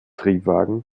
triebwagen